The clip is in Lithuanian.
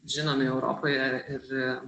žinomi europoje ir